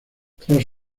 tras